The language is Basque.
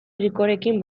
ricorekin